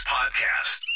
Podcast